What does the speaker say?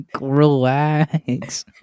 relax